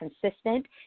consistent